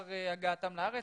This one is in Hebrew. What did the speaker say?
לאחר הגעתם לארץ.